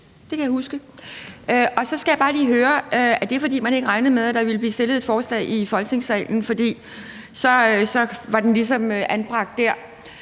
Det kan jeg huske, og så skal jeg bare lige høre: Var det, fordi man ikke regnede med, at der ville blive fremsat et forslag i Folketingssalen, fordi den så ligesom var anbragt der?